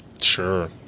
Sure